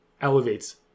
elevates